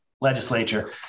legislature